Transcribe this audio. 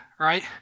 right